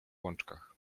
łączkach